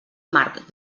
marc